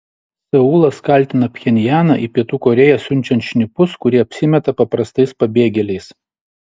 seulas kaltina pchenjaną į pietų korėją siunčiant šnipus kurie apsimeta paprastais pabėgėliais